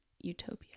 utopia